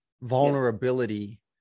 vulnerability